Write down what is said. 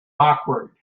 awkward